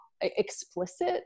explicit